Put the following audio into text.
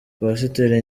pasiteri